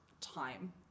time